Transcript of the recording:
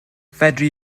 fedri